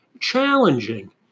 challenging